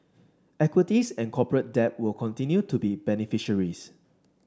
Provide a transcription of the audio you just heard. equities and corporate debt will continue to be beneficiaries